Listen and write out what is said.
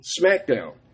Smackdown